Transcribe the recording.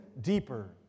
deeper